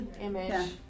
image